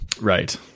Right